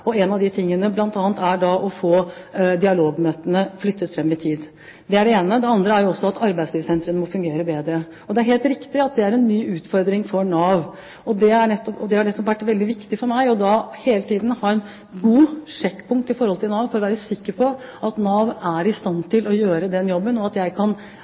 En av de tingene er å få dialogmøtene flyttet fram i tid. Det er det ene. Det andre er at arbeidslivssentrene må fungere bedre. Det er helt riktig at det er en ny utfordring for Nav. Det har nettopp vært veldig viktig for meg hele tiden å ha gode sjekkpunkter i forhold til Nav, for å være sikker på at Nav er i stand til å gjøre den jobben, og at jeg ikke har underskrevet på en avtale som jeg ikke vet at staten kan